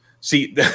See